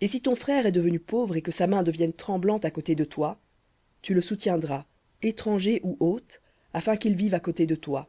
et si ton frère est devenu pauvre et que sa main devienne tremblante à côté de toi tu le soutiendras étranger ou hôte afin qu'il vive à côté de toi